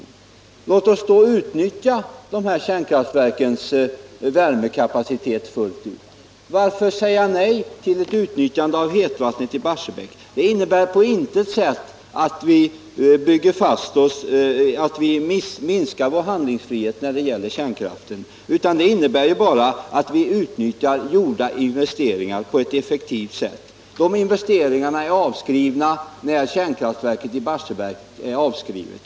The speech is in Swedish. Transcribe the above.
Men låt oss då utnyttja de här kärnkraftverkens värmekapacitet fullt ut! Varför säga nej till ett utnyttjande av hetvattnet i Barsebäck? Det skulle på intet sätt innebära att vi minskade vår handlingsfrihet när det gäller kärnkraften, utan det skulle bara innebära att vi utnyttjade gjorda investeringar på ett effektivt sätt. Dessa investeringar kommer att vara avskrivna när kraftverket i Barsebäck är avskrivet.